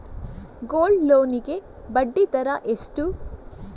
Gold loan ಗೆ ಬಡ್ಡಿ ದರ ಎಷ್ಟು?